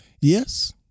Yes